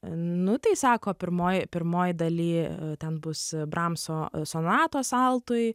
nu tai sako pirmoj pirmoj daly ten bus bramso sonatos altui